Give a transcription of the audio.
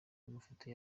amafoto